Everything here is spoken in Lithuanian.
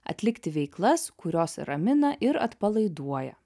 atlikti veiklas kurios ramina ir atpalaiduoja